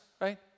right